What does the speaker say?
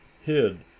hid